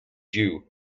you